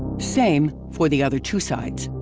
same, for the other two sides.